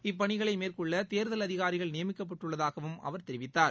இப்பணிகளை மேற்கொள்ள தேர்தல் அதிகாரிகள் நியமிக்கப்பட்டுள்ளதாகவும் அவர் தெரிவித்தார்